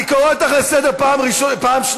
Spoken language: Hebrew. אני קורא אותך לסדר פעם שנייה.